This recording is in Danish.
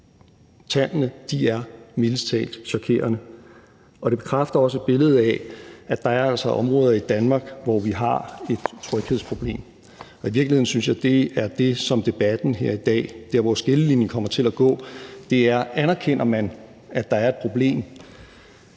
Tallene er mildest talt chokerende, og det bekræfter også billedet af, at der altså er områder i Danmark, hvor vi har et tryghedsproblem. Og i virkeligheden synes jeg, at det er der, hvor skillelinjen kommer til at gå i debatten i dag: Anerkender man, at der er et problem,